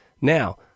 now